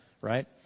right